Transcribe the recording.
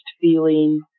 feeling